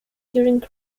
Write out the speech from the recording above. during